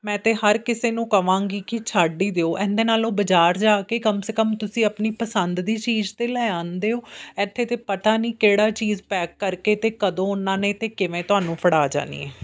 ਮੈਂ ਤਾਂ ਹਰ ਕਿਸੇ ਨੂੰ ਕਹਾਂਗੀ ਕਿ ਛੱਡ ਹੀ ਦਿਓ ਇਹਦੇ ਨਾਲੋਂ ਬਾਜ਼ਾਰ ਜਾ ਕੇ ਕਮ ਸੇ ਕਮ ਤੁਸੀਂ ਆਪਣੀ ਪਸੰਦ ਦੀ ਚੀਜ਼ ਤਾਂ ਲੈ ਆਉਂਦੇ ਹੋ ਇੱਥੇ ਤਾਂ ਪਤਾ ਨਹੀਂ ਕਿਹੜਾ ਚੀਜ਼ ਪੈਕ ਕਰਕੇ ਅਤੇ ਕਦੋਂ ਉਹਨਾਂ ਨੇ ਅਤੇ ਕਿਵੇਂ ਤੁਹਾਨੂੰ ਫੜਾ ਜਾਣੀ ਹੈ